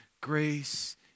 grace